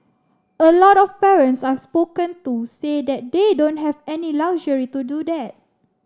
a lot of parents I've spoken to say that they don't have any luxury to do that